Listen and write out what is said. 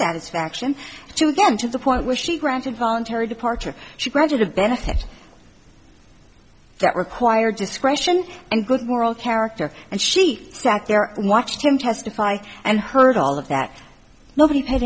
satisfaction to them to the point where she granted voluntary departure she graduated benefits that required discretion and good moral character and she sat there and watched him testify and heard all of that nobody paid